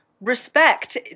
respect